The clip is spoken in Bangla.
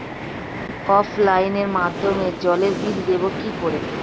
অফলাইনে মাধ্যমেই জলের বিল দেবো কি করে?